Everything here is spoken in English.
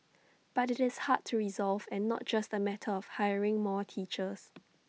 but IT is hard to resolve and not just A matter of hiring more teachers